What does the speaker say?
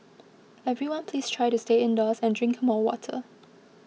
everyone please try to stay indoors and drink more water